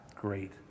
great